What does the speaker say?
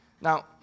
Now